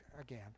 again